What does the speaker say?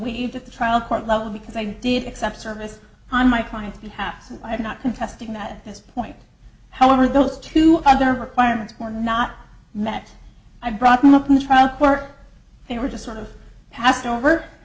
e eat at the trial court level because i did accept service on my client's behalf and i have not contesting that at this point however those two other requirements were not met i brought them up in the trial court they were just sort of passed over